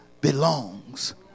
belongs